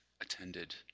attended